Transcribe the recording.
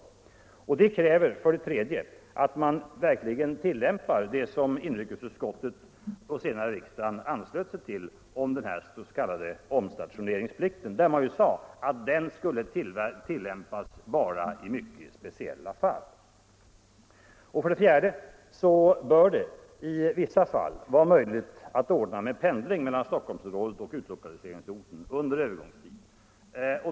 särsk iäorsmrASSLN, Detta kräver, för det tredje, att man verkligen tillämpar vad inrikes Om omplaceringen utskottet sade och senare riksdagen anslöt sig till i fråga om den s.k. = av statsanställd som omstationeringsplikten, dvs. att den skulle tillämpas bara i mycket spe — ej önskar medfölja ciella fall. vid verksutflyttning, För det fjärde bör det i vissa fall vara möjligt att ordna med pendling — m.m. mellan Stockholmsområdet och utlokaliseringsorten under en övergångstid.